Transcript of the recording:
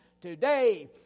today